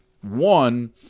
One